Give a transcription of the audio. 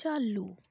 चालू